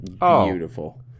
beautiful